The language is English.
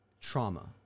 Trauma